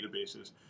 databases